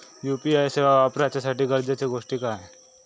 UPI सेवा वापराच्यासाठी गरजेचे गोष्टी काय?